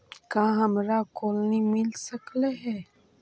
का हमरा कोलनी मिल सकले हे?